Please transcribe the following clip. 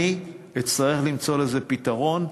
אני אצטרך למצוא לזה פתרון.